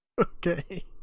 okay